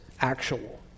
Actual